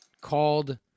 called